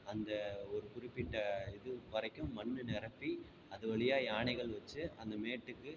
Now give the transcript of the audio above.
அந்த ஒரு குறிப்பிட்ட இது வரைக்கும் மண் நிரப்பி அது வழியா யானைகள் வச்சி அந்த மேட்டுக்கு